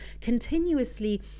continuously